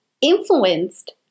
influenced